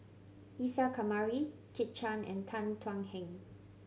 Isa Kamari Kit Chan and Tan Thuan Heng